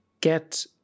get